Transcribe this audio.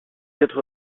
être